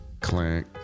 Clank